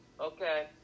okay